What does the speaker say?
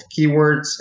keywords